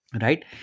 Right